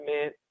meant